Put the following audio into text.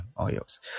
oils